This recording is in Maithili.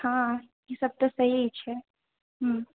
हाँ ई सब तऽ सही छै हँ